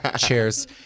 Cheers